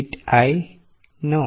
Is it o